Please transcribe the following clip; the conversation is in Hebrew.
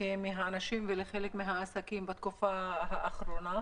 מהאנשים ולחלק מהעסקים בתקופה האחרונה.